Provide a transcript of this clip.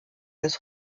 des